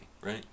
right